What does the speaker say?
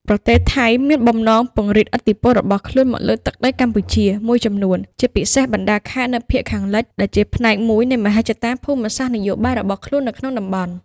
ប្រទេសថៃមានបំណងពង្រីកឥទ្ធិពលរបស់ខ្លួនមកលើទឹកដីកម្ពុជាមួយចំនួន ជាពិសេសបណ្តាខេត្តនៅភាគខាងលិច ដែលជាផ្នែកមួយនៃមហិច្ឆតាភូមិសាស្ត្រនយោបាយរបស់ខ្លួននៅក្នុងតំបន់។